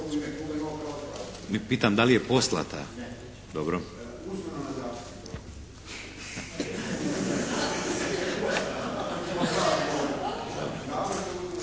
Pitam da li je poslata?